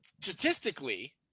statistically